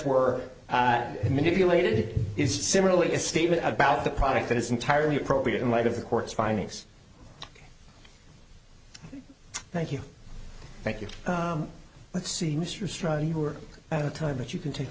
were manipulated is similarly a statement about the product that is entirely appropriate in light of the court's findings thank you thank you let's see you were at the time but you can take